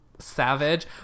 Savage